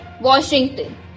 Washington